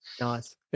Nice